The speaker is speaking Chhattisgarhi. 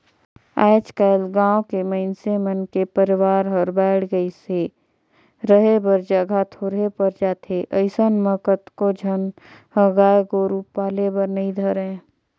आयज कायल गाँव के मइनसे मन के परवार हर बायढ़ गईस हे, रहें बर जघा थोरहें पर जाथे अइसन म कतको झन ह गाय गोरु पाले बर नइ धरय